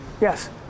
Yes